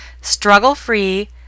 struggle-free